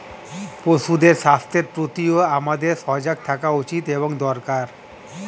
পশুদের স্বাস্থ্যের প্রতিও আমাদের সজাগ থাকা উচিত এবং দরকার